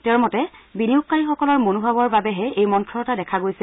তেওঁৰ মতে বিনিয়োগকাৰীসকলৰ মনোভাৱৰ বাবেহে এই মন্থৰতা দেখা গৈছে